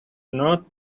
not